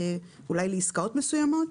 אולי לעסקאות מסוימות,